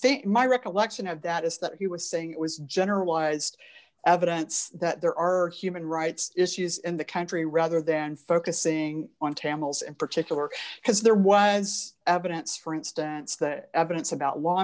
think my recollection of that is that he was saying it was generalized evidence that there are human rights issues in the country rather than focusing on tamils in particular because there was evidence for instance that evidence about